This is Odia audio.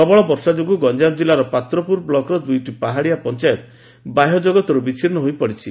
ପ୍ରବଳ ବର୍ଷା ଯୋଗୁଁ ଗଞ୍ଚାମ ଜିଲ୍ଲା ପାତ୍ରପୁର ବ୍ଲକ୍ର ଦୁଇ ପାହାଡ଼ିଆ ପଞାୟତ ବାହ୍ୟଜଗତରୁ ବିଛିନ୍ନ ହୋଇପଡ଼ିଛି